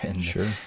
Sure